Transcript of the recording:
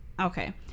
okay